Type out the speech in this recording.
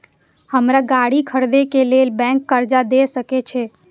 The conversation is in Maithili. हमरा गाड़ी खरदे के लेल बैंक कर्जा देय सके छे?